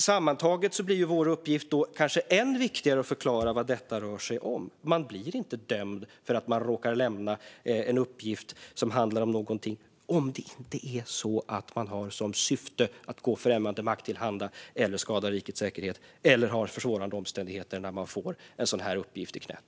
Sammantaget blir vår uppgift kanske än viktigare, nämligen att förklara vad detta rör sig om. Man blir inte dömd för att man råkar lämna en uppgift som handlar om någonting hemligt om det inte är så att man har som syfte att gå främmande makt till handa eller skada rikets säkerhet eller har försvårande omständigheter när man får en sådan här uppgift i knät.